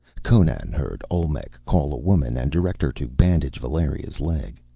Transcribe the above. conan heard olmec call a woman and direct her to bandage valeria's leg.